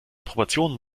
proportionen